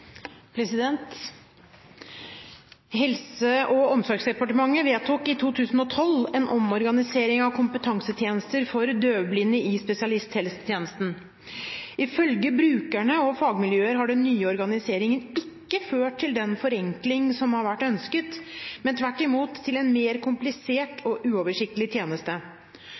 fagmiljøer har den nye organiseringen ikke ført til den forenkling som har vært ønsket, men tvert imot til en mer komplisert og uoversiktlig tjeneste.